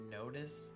notice